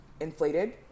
inflated